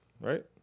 right